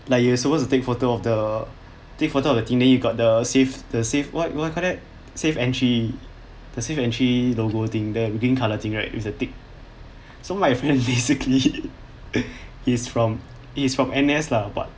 like you supposed to take photo of the take photo of the thingy you got the safe the safe what what you call that safe entry the safe entry logo thing there with green colour thing right with a tick so my friend basically he's from he's from N_S lah but